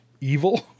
evil